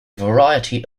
variety